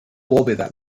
bóveda